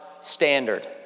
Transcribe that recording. standard